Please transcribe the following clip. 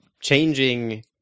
changing